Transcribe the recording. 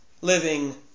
living